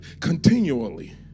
continually